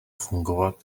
fungovat